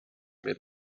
made